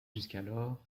jusqu’alors